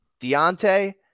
Deontay